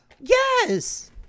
Yes